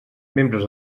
membres